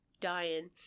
dying